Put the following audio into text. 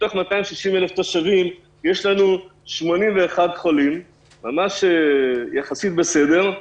מתוך 260,000 תושבים יש לנו 81 חולים, יחסית בסדר,